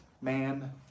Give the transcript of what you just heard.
man